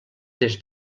des